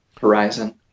horizon